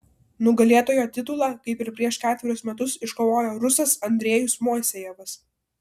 nugalėtojo titulą kaip ir prieš ketverius metus iškovojo rusas andrejus moisejevas